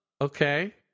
Okay